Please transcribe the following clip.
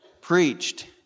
preached